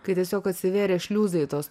kai tiesiog atsivėrė šliuzai tos